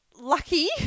lucky